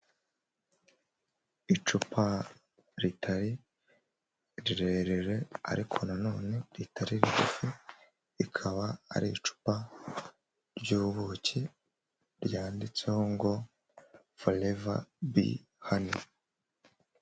Icupa ritari rirerire ariko na none ritari rigufi, rikaba ari icupa ry'ubuki ryanditseho ngo "foreva behani."